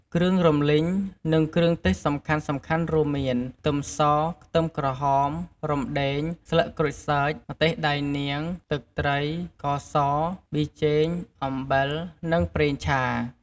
គ្រឿងរំលីង និងគ្រឿងទេសសំខាន់ៗរួមមាន ខ្ទឹមស ខ្ទឹមក្រហម រុំដេង ស្លឹកក្រូចសើច ម្ទេសដៃនាង ទឹកត្រី ស្ករស ប៊ីចេង អំបិល និងប្រេងឆា។